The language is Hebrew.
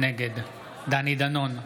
נגד דני דנון,